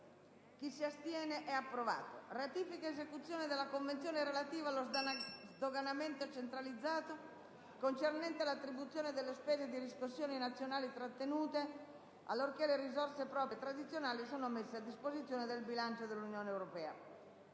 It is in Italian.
DISEGNO DI LEGGE Ratifica ed esecuzione della Convenzione relativa allo sdoganamento centralizzato, concernente l'attribuzione delle spese di riscossione nazionali trattenute allorché le risorse proprie tradizionali sono messe a disposizione del bilancio dell'UE, fatta